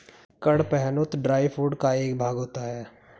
कड़पहनुत dry food का एक भाग होता है